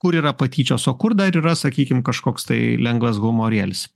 kur yra patyčios o kur dar yra sakykim kažkoks tai lengvas humorėlis